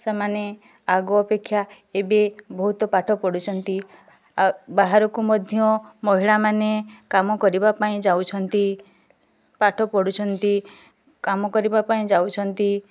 ସେମାନେ ଆଗ ଅପେକ୍ଷା ଏବେ ବହୁତ ପାଠ ପଢ଼ୁଛନ୍ତି ବାହାରକୁ ମଧ୍ୟ ମହିଳା ମାନେ କାମ କରିବା ପାଇଁ ଯାଉଛନ୍ତି ପାଠ ପଢ଼ୁଛନ୍ତି କାମ କରିବା ପାଇଁ ଯାଉଛନ୍ତି